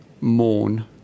mourn